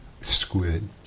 squid